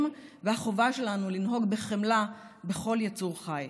והחובה שלנו לנהוג בחמלה בכל יצור חי.